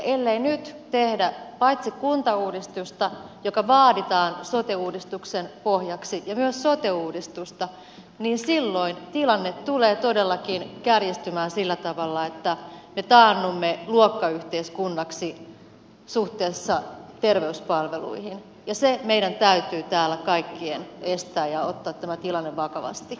ellei nyt tehdä paitsi kuntauudistusta joka vaaditaan sote uudistuksen pohjaksi ja myös sote uudistusta niin silloin tilanne tulee todellakin kärjistymään sillä tavalla että me taannumme luokkayhteiskunnaksi suhteessa terveyspalveluihin ja se meidän täytyy täällä kaikkien estää ja ottaa tämä tilanne vakavasti